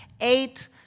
eight